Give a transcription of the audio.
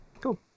Cool